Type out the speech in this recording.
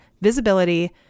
visibility